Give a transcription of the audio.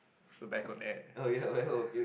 we're back on air